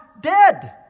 dead